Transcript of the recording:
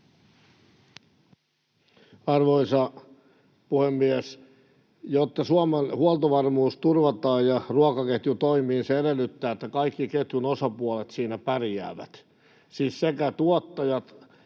Arvoisa puhemies! Jotta Suomen huoltovarmuus turvataan ja ruokaketju toimii, se edellyttää, että kaikki ketjun osapuolet siinä pärjäävät — siis sekä tuottajat,